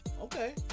Okay